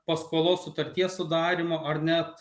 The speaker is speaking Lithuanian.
paskolos sutarties sudarymo ar net